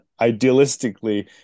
idealistically